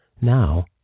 Now